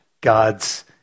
God's